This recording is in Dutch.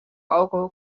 alcohol